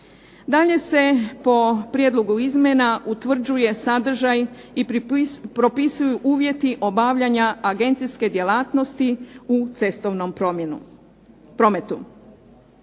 Dalje se po prijedlogu izmjena utvrđuje sadržaj i propisuju uvjeti obavljanja agencije djelatnosti u cestovnom prometu.